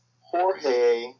Jorge